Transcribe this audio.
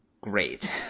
great